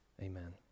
Amen